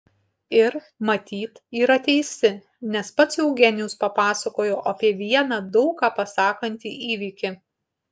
ir matyt yra teisi nes pats eugenijus papasakojo apie vieną daug ką pasakantį įvykį